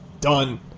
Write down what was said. done